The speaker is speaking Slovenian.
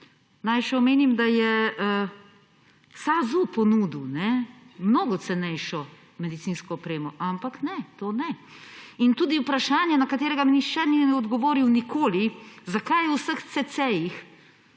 Naj še omenim, da je SAZU ponudil mnogo cenejšo medicinsko opremo, ampak ne, to ne. Tudi vprašanje, na katerega mi nihče ni odgovoril nikoli, zakaj je v vseh CC-jih